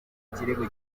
ikirego